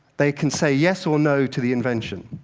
they can say yes or no to the invention.